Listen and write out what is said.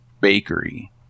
bakery